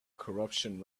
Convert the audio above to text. corruption